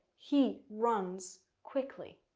he runs quickly.